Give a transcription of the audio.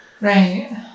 right